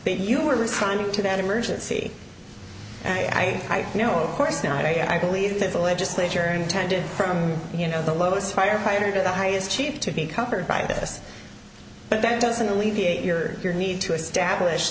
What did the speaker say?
that you were responding to an emergency and i know of course now i believe that the legislature intended from you know the lowest firefighter to the highest cheap to be covered by this but that doesn't alleviate your need to establish